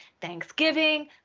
Thanksgiving